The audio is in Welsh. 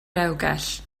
rewgell